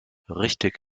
richtig